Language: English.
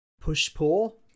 push-pull